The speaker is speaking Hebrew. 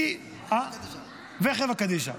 אני --- חברה קדישא.